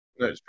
No